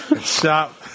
Stop